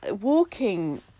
walking